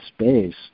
space